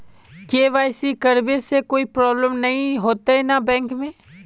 KYC करबे से कोई प्रॉब्लम नय होते न बैंक में?